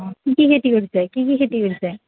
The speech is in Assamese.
অঁ কি কি খেতি কৰিছে কি কি খেতি কৰিছে